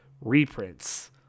reprints